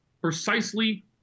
Precisely